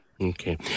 Okay